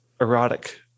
erotic